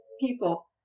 people